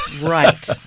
Right